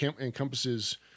encompasses